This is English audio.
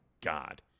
God